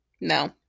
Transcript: No